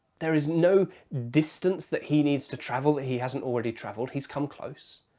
there is no distance that he needs to travel that he hasn't already travelled. he's come close.